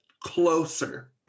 closer